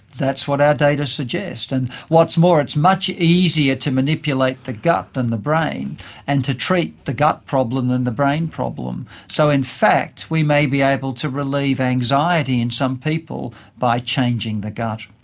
that's what our data suggest, and what's more it's much easier to manipulate the gut than the brain and to treat the gut problem than the brain problem. so in fact we may be able to relieve anxiety in some people by changing the gut.